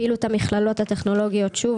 פעילות המכללות הטכנולוגיות שוב,